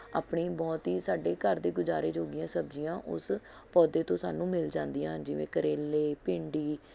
ਆਪਣੀ ਬਹੁਤ ਹੀ ਸਾਡੇ ਘਰ ਦੇ ਗੁਜ਼ਾਰੇ ਜੋਗੀਆਂ ਸਬਜ਼ੀਆਂ ਉਸ ਪੌਦੇ ਤੋਂ ਸਾਨੂੰ ਮਿਲ ਜਾਂਦੀਆਂ ਹਨ ਜਿਵੇਂ ਕਰੇਲੇ ਭਿੰਡੀ